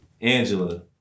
Angela